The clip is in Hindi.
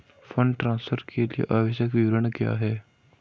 फंड ट्रांसफर के लिए आवश्यक विवरण क्या हैं?